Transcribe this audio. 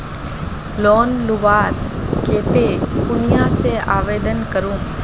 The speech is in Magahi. लोन लुबार केते कुनियाँ से आवेदन करूम?